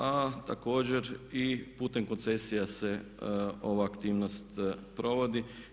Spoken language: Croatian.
A također i putem koncesija se ova aktivnost provodi.